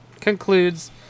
concludes